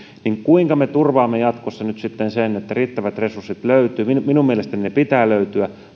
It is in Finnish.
niin kuinka me turvaamme jatkossa nyt sitten sen että riittävät resurssit löytyvät minun mielestäni niiden pitää löytyä